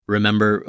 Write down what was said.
Remember